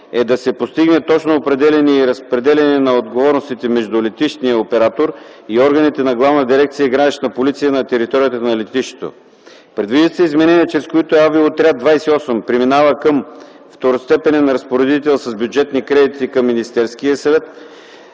е да се постигне точно определяне и разпределяне на отговорностите между летищния оператор и органите на Главна дирекция „Гранична полиция” на територията на летището. Предвиждат се изменения, чрез които Авиоотряд 28 преминава като второстепенен разпоредител с бюджетни кредити към Министерския съвет.